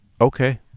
okay